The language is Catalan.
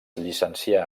llicencià